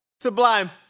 Sublime